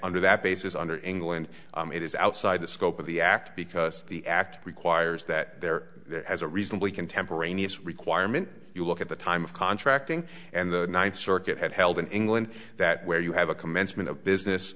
under that basis under england it is outside the scope of the act because the act requires that there has a reasonably contemporaneous requirement you look at the time of contracting and the ninth circuit held in england that where you have a commencement of business